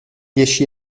dieci